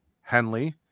Henley